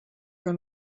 que